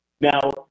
Now